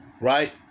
right